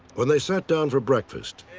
when they sat down for breakfast,